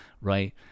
right